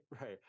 right